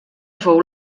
fou